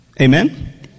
Amen